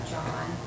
John